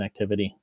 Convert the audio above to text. connectivity